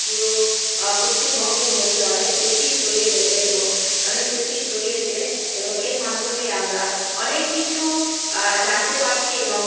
পুরো পশ্চিমবঙ্গের মধ্যে অনেক বেশি ছড়িয়ে গেছে এবং অনেক বেশি ছড়িয়েছে এবং এর মাধ্যমে আমরা অনেক কিছু জানতে পারছি এবং